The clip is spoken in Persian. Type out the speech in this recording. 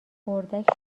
اردک